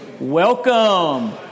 Welcome